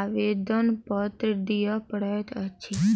आवेदनपत्र दिअ पड़ैत अछि